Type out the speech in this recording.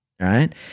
right